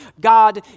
God